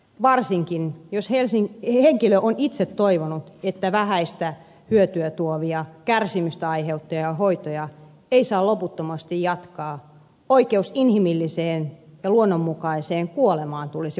varsinkin jos henkilö on itse toivonut että vähäistä hyötyä tuovia kärsimystä aiheuttavia hoitoja ei saa loputtomasti jatkaa oikeus inhimilliseen ja luonnonmukaiseen kuolemaan tulisi varmistaa